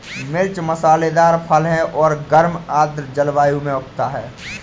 मिर्च मसालेदार फल है और गर्म आर्द्र जलवायु में उगता है